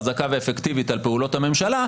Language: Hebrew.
חזקה ואפקטיבית על פעולות הממשלה,